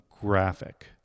graphic